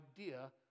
idea